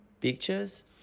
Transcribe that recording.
pictures